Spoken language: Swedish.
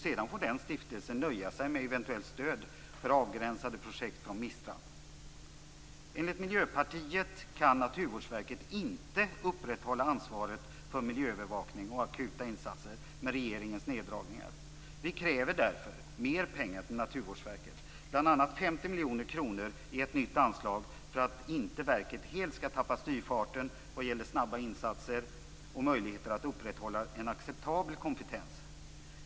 Sedan får stiftelsen nöja sig med eventuellt stöd för avgränsade projekt från MISTRA. Vi i Miljöpartiet menar att Naturvårdsverket inte kan upprätthålla ansvaret för miljöövervakning och akuta insatser med regeringens neddragningar. Vi kräver därför mera pengar till Naturvårdsverket, bl.a. 50 miljoner kronor till ett nytt anslag att användas för att verket inte helt skall tappa styrfarten vad gäller snabba insatser och möjligheter att upprätthålla en acceptabel kompetens.